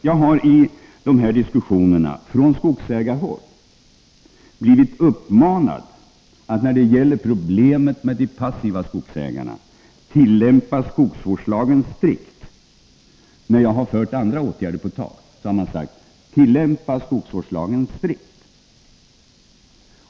Jag har när jag fört andra åtgärder på tal i diskussionerna blivit uppmanad från skogsägarhåll att när det gäller problemet med de passiva skogsägarna tillämpa skogsvårdslagen strikt.